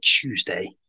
Tuesday